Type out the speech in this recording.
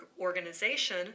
organization